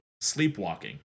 sleepwalking